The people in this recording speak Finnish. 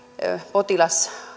potilas